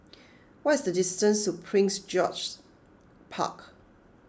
what is the distance to Prince George's Park